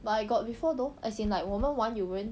but I got before though as in like 我们玩有人